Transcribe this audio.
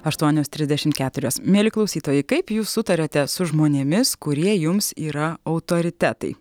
aštuonios trisdešimt keturios mieli klausytojai kaip jūs sutariate su žmonėmis kurie jums yra autoritetai